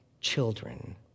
children